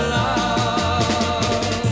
love